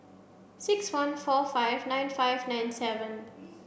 six one four five nine five nine seven